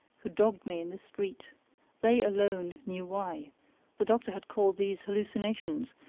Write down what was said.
who dogged me in the street they alone knew why the doctor had called these hallucinations,